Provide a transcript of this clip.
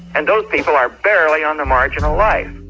and those people are barely on the margin like